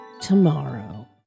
tomorrow